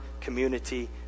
community